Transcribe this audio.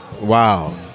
Wow